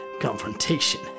confrontation